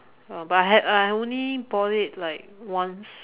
uh but I had I only bought it like once